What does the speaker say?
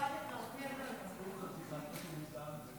כבוד היושב בראש, כנסת נכבדה, רק